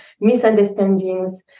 misunderstandings